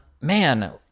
man